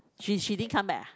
she she didn't come back ah